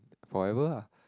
forever ah